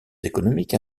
économiques